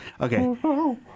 okay